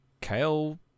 kale